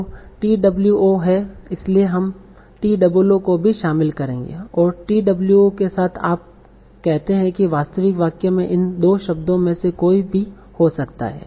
तो two है इसलिए हम too को भी शामिल करेंगे और two के साथ आप कहते हैं कि वास्तविक वाक्य में इन 2 शब्दों में से कोई भी हो सकता है